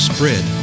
Spread